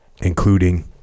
including